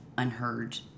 Unheard